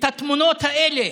את התמונות האלה.